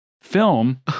film